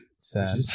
sad